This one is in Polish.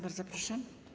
Bardzo proszę.